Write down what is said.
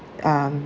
um